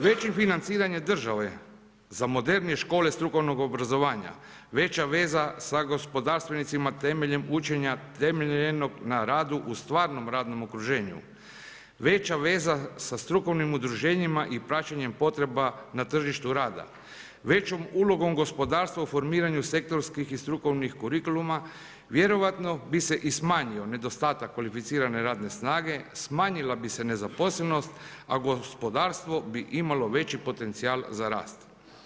Većim financiranjem države za modernije škole strukovnog obrazovanja, veća veza sa gospodarstvenicima temeljem učenja temeljenog na radu u stvarnom radnom okruženju, veća veza sa strukovnim udruženjima i praćenjem potreba na tržištu rada, većom ulogom gospodarstva u formiranju sektorskih i strukovnih kurikuluma, vjerojatno bi se i smanjio nedostatak kvalificirane radne snage, smanjila bi se nezaposlenost, a gospodarstvo bi imao veći potencijal za rast.